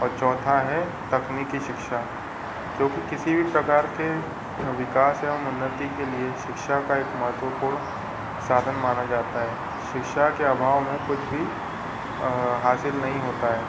और चौथा है तकनीकी शिक्षा क्योंकि किसी भी प्रकार के विकास या उन्नति के लिए शिक्षा का एक महत्वपूर्ण साधन माना जाता है शिक्षा के अभाव में कुछ भी हासिल नही होता है